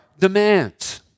demands